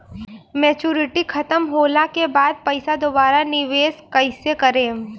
Maturity खतम होला के बाद पईसा दोबारा निवेश कइसे करेम?